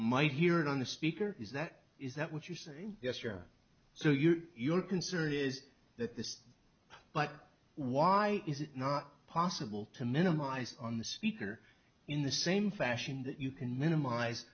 might hear it on the speaker is that is that what you're saying yes or so you're concerned is that this but why is it not possible to minimize on the speaker in the same fashion that you can minimize